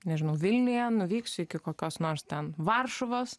nežinau vilniuje nuvyksiu iki kokios nors ten varšuvos